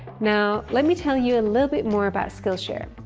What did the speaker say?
now let me tell you a little bit more about skillshare.